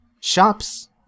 shops